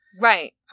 Right